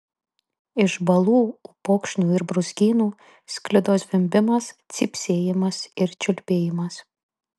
iš balų upokšnių ir brūzgynų sklido zvimbimas cypsėjimas ir čiulbėjimas